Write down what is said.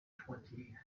twenty